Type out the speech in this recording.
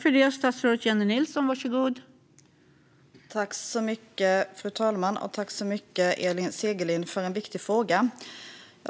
Fru talman! Tack, Elin Segerlind, för en viktig fråga!